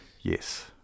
Yes